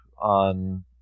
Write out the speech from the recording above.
on